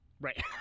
Right